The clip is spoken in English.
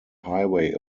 highway